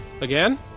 again